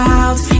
out